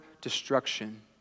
destruction